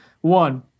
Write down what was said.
One